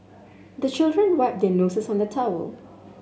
the children wipe their noses on the towel